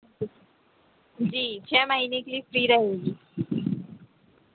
जी छः महीने के लिए फ्री रहेगी